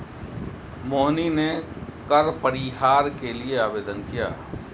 मोहिनी ने कर परिहार के लिए आवेदन किया